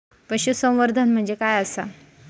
पशुसंवर्धन म्हणजे काय आसा?